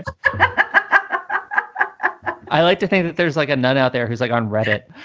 ah i like to say that there's like a nut out there who's like on reddit